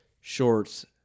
shorts